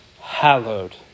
hallowed